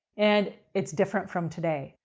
and it's different from today.